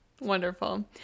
wonderful